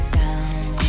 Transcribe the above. down